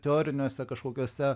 teoriniuose kažkokiuose